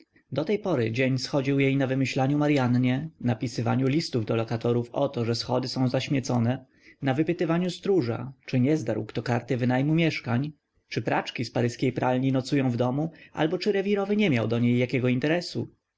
do tej pory dzień schodził jej na wymyślaniu maryannie na pisywaniu listów do lokatorów o to że schody są zaśmiecone na wypytywaniu stróża czy nie zdarł kto karty wynajmu mieszkań czy praczki z paryskiej pralni nocują w domu albo czy rewirowy nie miał do niej jakiego interesu